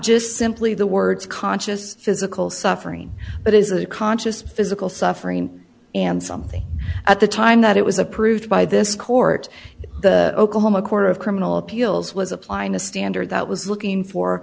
just simply the words conscious physical suffering but is a conscious physical suffering and something at the time that it was approved by this court oklahoma court of criminal appeals was applying a standard that was looking for